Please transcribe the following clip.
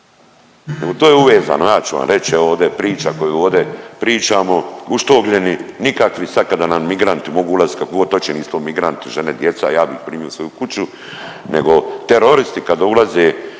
to je uvezano, ja ću vam reći, evo ovdje je priča koju ovdje pričamo uštogljeni, nikakvi sad kada nam migranti mogu ulazit kako god hoće, nisu to migranti, žene, djeca, ja bi ih primio u svoju kuću, nego teroristi kada ulaze